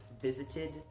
visited